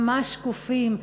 ממש שקופים,